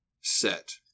set